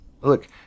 Look